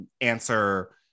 answer